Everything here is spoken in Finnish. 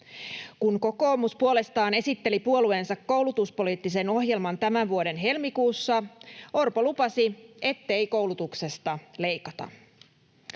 Kun kokoomus puolestaan esitteli puolueensa koulutuspoliittisen ohjelman tämän vuoden helmikuussa, Orpo lupasi, ettei koulutuksesta leikata.